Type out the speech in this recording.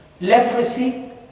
leprosy